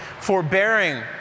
forbearing